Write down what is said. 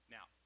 Now